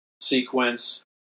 sequence